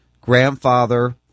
grandfather